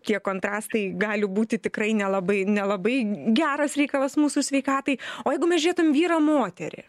tie kontrastai gali būti tikrai nelabai nelabai geras reikalas mūsų sveikatai o mes žiūrėtum vyrą moterį